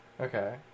okay